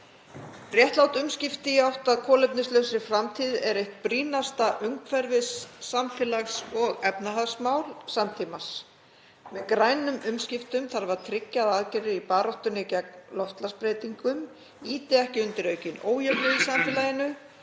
Réttlát umskipti í átt að kolefnishlutlausri framtíð eru eitt brýnasta umhverfis-, samfélags- og efnahagsmál samtímans. Með grænum umskiptum þarf að tryggja að aðgerðir í baráttunni gegn loftslagsbreytingum ýti ekki undir aukinn ójöfnuð í samfélaginu.